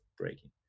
breaking